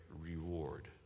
reward